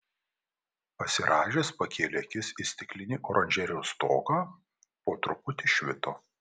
pasirąžęs pakėlė akis į stiklinį oranžerijos stogą po truputį švito